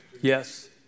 Yes